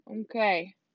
Okay